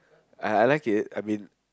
I I like it I mean